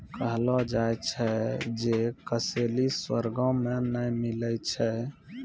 कहलो जाय छै जे कसैली स्वर्गो मे नै मिलै छै